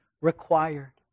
required